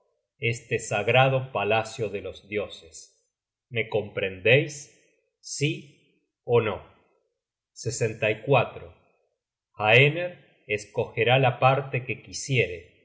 este sagrado palacio de los dioses me comprendeis sí ó no haener escogerá la parte que quisiere